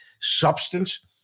substance